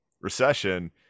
recession